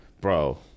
Bro